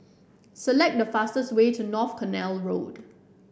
select the fastest way to North Canal Road